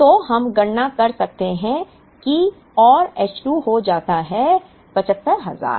तो हम गणना कर सकते हैं कि और H 2 हो जाता है 75000